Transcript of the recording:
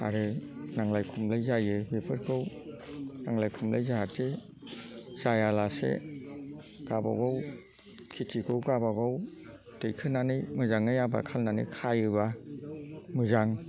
आरो नांलाय खमलाय जायो बेफोरखौ नांलाय खमलाय जाहाथे जायालासे गावबा गाव खेथिखौ गावबा गाव दैखोनानै मोजाङै आबाद खालामनानै खायोबा मोजां